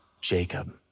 Jacob